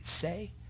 say